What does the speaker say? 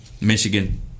Michigan